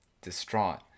distraught